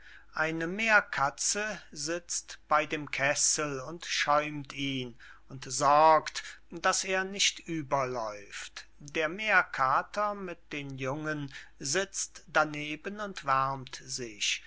eine meerkatze sitzt bey dem kessel und schäumt ihn und sorgt daß er nicht überläuft der meerkater mit den jungen sitzt darneben und wärmt sich